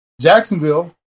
Jacksonville